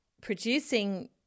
producing